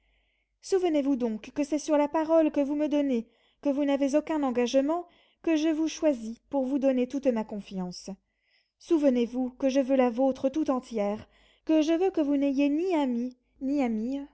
souvenez-vous donc que c'est sur la parole que vous me donnez que vous n'avez aucun engagement que je vous choisis pour vous donner toute ma confiance souvenez-vous que je veux la vôtre tout entière que je veux que vous n'ayez ni ami ni amie